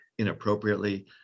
inappropriately